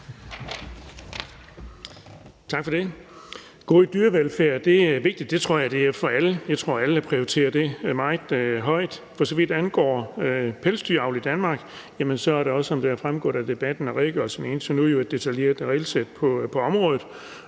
Tak for det. God dyrevelfærd er vigtigt. Det tror jeg det er for alle. Jeg tror, alle prioriterer det meget højt. For så vidt angår pelsdyravl i Danmark, er der jo også, som det har fremgået af debatten og redegørelsen indtil nu, et detaljeret regelsæt på området.